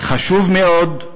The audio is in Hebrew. חשוב מאוד,